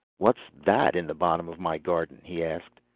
what's that in the bottom of my garden? he asked.